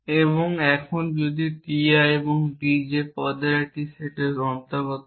এবং এখন যদি t i এবং t j পদের একটি সেটের অন্তর্গত হয়